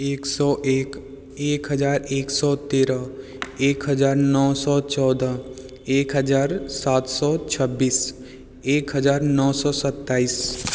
एक सौ एक एक हज़ार एक सौ तेरह एक हज़ार नौ सौ चौदह एक हज़ार सात सौ छब्बीस एक हज़ार नौ सौ सताइस